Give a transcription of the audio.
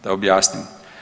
Da objasnim.